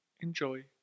enjoy